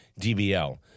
DBL